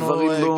הדברים,